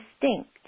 distinct